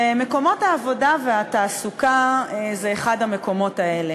ומקומות העבודה והתעסוקה הם אחד מאלה.